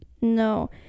No